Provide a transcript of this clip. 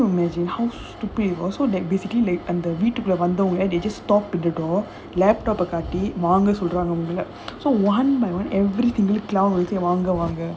can you imagine how stupid also that basically like அந்த வீட்டுக்குள்ள வந்தவங்க:andha veetukulla vandhavanga they just stop the door laptop காட்டி வாங்க சொல்ராங்க:kaati vaanga solraanga so one by one every single clown will say